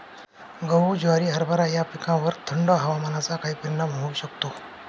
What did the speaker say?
गहू, ज्वारी, हरभरा या पिकांवर थंड हवामानाचा काय परिणाम होऊ शकतो?